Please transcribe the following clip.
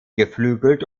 geflügelt